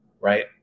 right